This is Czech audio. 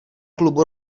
klubu